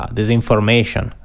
disinformation